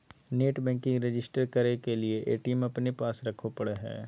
net banking register करे के लिए ए.टी.एम अपने पास रखे पड़ो हइ